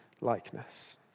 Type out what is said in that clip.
likeness